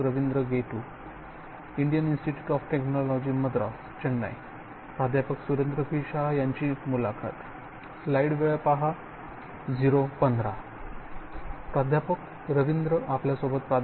रवींद्र आपल्यासोबत प्रा